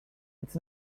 its